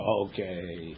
okay